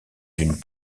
d’une